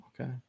Okay